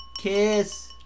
Kiss